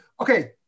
okay